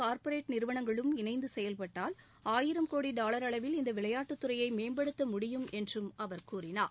corporate நிறுவனங்களும் இணைந்து செயல்பட்டால் ஆயிரம் கோடி டாலர் அளவில் இந்த விளையாட்டுத்துறையை மேம்படுத்த முடியும் என்று அவர் கூறினார்